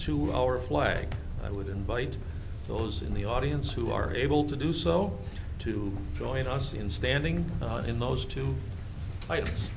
to our flag i would invite those in the audience who are able to do so to join us in standing in those to